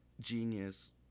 genius